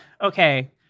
okay